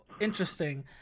interesting